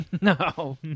No